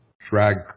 drag